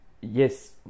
Yes